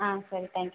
ஆ சரி தேங்க்யூங்க